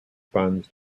funds